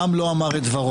העם לא אמר את דברו,